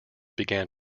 began